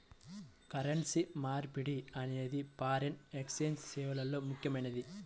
currency మార్పిడి అనేది foreign exchange సేవల్లో ముఖ్యమైనది